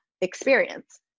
experience